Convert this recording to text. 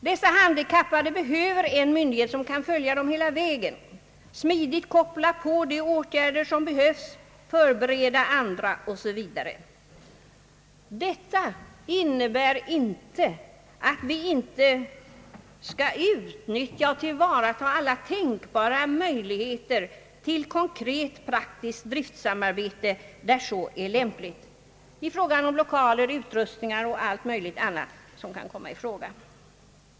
Dessa handikappade behöver en myndighet som kan följa dem hela vägen, smidigt koppla på de åtgärder som behövs, förbereda andra osv. Detta innebär inte att vi inte skall utnyttja och tillvarata alla tänkbara möjligheter till konkret praktiskt driftsamarbete där så är lämpligt, i fråga om lokaler, utrustning och allt möjligt annat som kan komma i fråga.